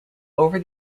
over